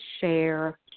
share